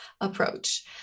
approach